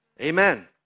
Amen